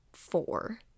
four